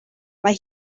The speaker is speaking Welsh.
mae